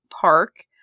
Park